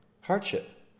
hardship